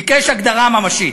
ביקש הגדרה ממשית,